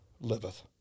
liveth